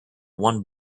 one